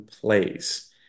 plays